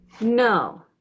No